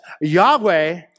Yahweh